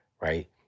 Right